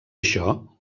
això